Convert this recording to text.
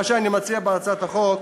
מה שאני מציע בהצעת החוק,